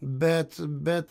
bet bet